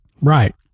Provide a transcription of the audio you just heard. Right